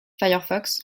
firefox